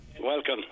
Welcome